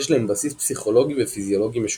יש להם בסיס פסיכולוגי ופיזיולוגי משותף.